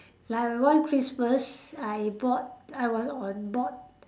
like one Christmas I bought I was on board